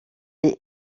est